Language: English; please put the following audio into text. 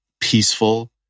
peaceful